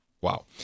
Wow